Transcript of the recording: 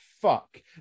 fuck